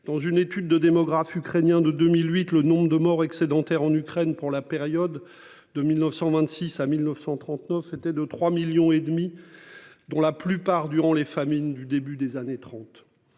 dans une étude de démographes ukrainien de 2008 le nombre de morts excédentaire en Ukraine pour la période de 1926 à 1939, c'était deux 3 millions et demi. Dont la plupart durant les famines du début des années 30,